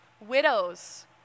widows